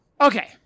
okay